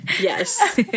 yes